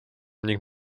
ning